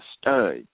stud